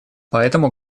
поэтому